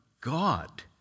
God